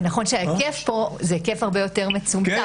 זה נכון שההיקף הרבה יותר מצומצם,